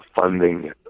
funding